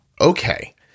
Okay